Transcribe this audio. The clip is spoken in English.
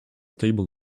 stable